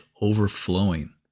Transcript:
overflowing